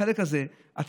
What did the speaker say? בחלק הזה, אתה